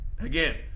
Again